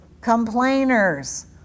complainers